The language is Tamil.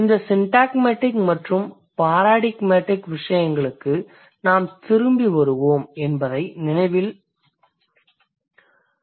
இந்த சிண்டாக்மடிக் மற்றும் பாராடிக்மடிக் விசயங்களுக்கு நாம் திரும்பி வருவோம் என்பதை நினைவில் கொள்ளுங்கள்